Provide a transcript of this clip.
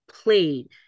played